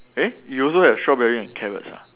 eh you also have strawberry and carrots ah